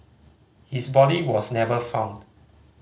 his body was never found